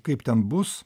kaip ten bus